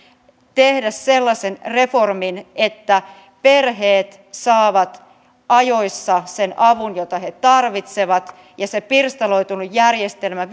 tehdä sellaisen reformin että perheet saavat ajoissa sen avun jota he tarvitsevat ja se pirstaloitunut järjestelmä